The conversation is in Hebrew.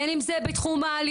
הן אם זה בתחום האלימות,